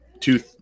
two